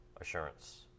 assurance